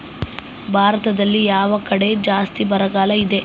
ಭಾರತದಲ್ಲಿ ಯಾವ ಕಡೆ ಜಾಸ್ತಿ ಬರಗಾಲ ಇದೆ?